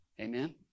Amen